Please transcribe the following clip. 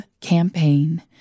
campaign